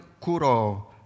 Kuro